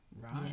Right